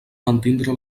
mantindre